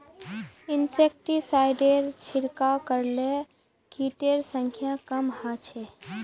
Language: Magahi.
इंसेक्टिसाइडेर छिड़काव करले किटेर संख्या कम ह छ